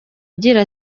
agira